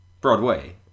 Broadway